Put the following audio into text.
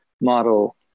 model